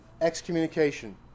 excommunication